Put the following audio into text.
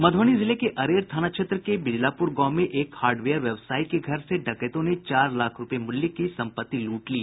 मध्बनी जिले के अरेर थाना क्षेत्र के बिजलापूर गांव में एक हार्डवेयर व्यवसायी के घर से डकैतों ने चार लाख रुपये मूल्य की संपत्ति लूट ली